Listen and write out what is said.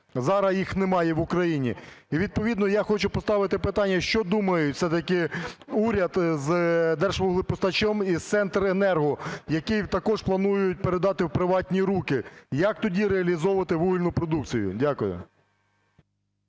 зараз їх немає в Україні. І відповідно я хочу поставити питання, що думає все-таки уряд з "Держвуглепостачем" і з "Центренерго", які також планують передати в приватні руки, як тоді реалізовувати вугільну продукцію? Дякую.